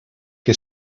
que